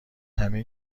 همه